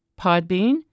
Podbean